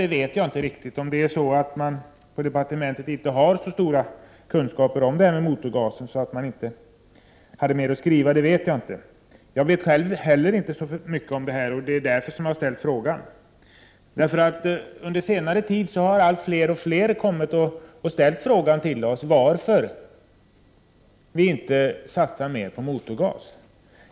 Jag vet inte riktigt hur jag skall tolka det — kanske har man på departementet inte så stora kunskaper om motorgas, varför det inte fanns mer att skriva. Själv vet jag inte heller så mycket, och det är därför som jag har framställt interpellationen. Under senare år har nämligen allt fler ställt frågan till oss: Varför satsas det inte mer på motorgas?